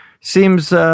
Seems